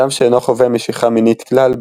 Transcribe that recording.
אדם שאינו חווה משיכה מינית כלל,